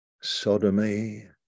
sodomy